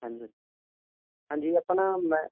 ਹਾਂਜੀ ਹਾਂਜੀ ਇਹ ਆਪਾਂ ਨਾ ਮੈਂ